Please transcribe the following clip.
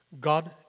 God